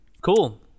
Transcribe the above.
Cool